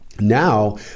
Now